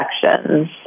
sections